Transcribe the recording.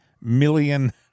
million